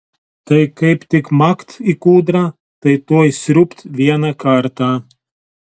tai kaip tik makt į kūdrą tai tuoj sriūbt vieną kartą